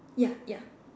ya ya